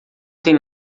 tem